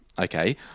okay